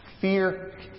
Fear